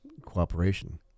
Cooperation